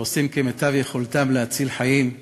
שעושים כמיטב יכולתם להציל חיים.